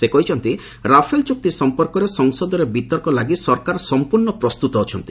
ସେ କହିଛନ୍ତି ରାଫେଲ ଚୁକ୍ତି ସମ୍ପର୍କରେ ସଂସଦରେ ବିତର୍କ ଲାଗି ସରକାର ସମ୍ପର୍ଣ୍ଣ ପ୍ରସ୍ତୁତ ଅଛନ୍ତି